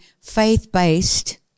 faith-based